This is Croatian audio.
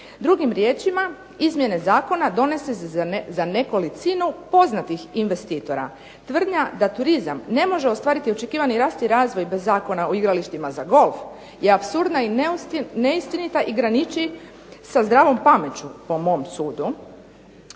Drugim riječima, izmjene zakona donose se za nekolicinu poznatih investitora Tvrdnja da turizam ne može ostvariti očekivani rast i razvoj bez Zakona o igralištima za golf je apsurdna i neistinita i graniči sa zdravom pameću, po mom sudu.